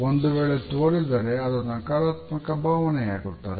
ಒಂದು ವೇಳೆ ತೋರಿದರೆ ಅದು ನಕಾರಾತ್ಮಕ ಭಾವನೆಯಾಗುತ್ತದೆ